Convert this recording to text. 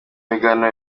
biganiro